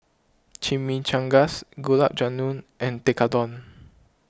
Chimichangas Gulab Jamun and Tekkadon